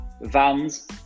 Vans